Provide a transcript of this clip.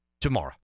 tomorrow